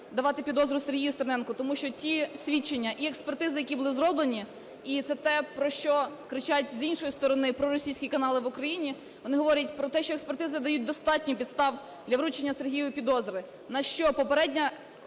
давати підозру Сергію Стерненку, тому що ті свідчення і експертизи, які були зроблені, і це те, про що кричать з іншої сторони проросійські канали в Україні, вони говорять про те, що експертизи дають достатньо підстав для врученню Сергію підозри. На що попереднє